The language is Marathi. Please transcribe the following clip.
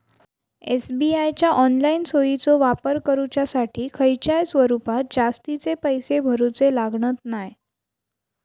एस.बी.आय च्या ऑनलाईन सोयीचो वापर करुच्यासाठी खयच्याय स्वरूपात जास्तीचे पैशे भरूचे लागणत नाय